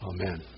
Amen